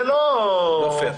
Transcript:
לא פייר.